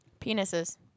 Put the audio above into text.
penises